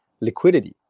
liquidity